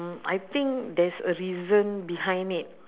I think there's a reason behind it